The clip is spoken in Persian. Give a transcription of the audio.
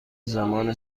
زمان